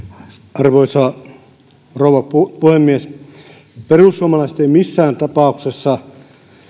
arvoisa rouva puhemies perussuomalaiset ei missään tapauksessa